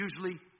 usually